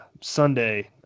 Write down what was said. sunday